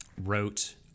wrote